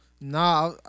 Nah